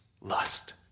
lust